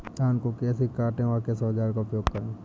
धान को कैसे काटे व किस औजार का उपयोग करें?